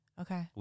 Okay